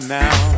now